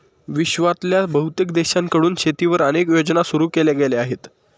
विश्वातल्या बहुतेक देशांकडून शेतीवर अनेक योजना सुरू केल्या गेल्या आहेत